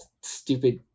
Stupid